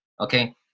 okay